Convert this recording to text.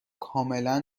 کاملا